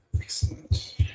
Excellent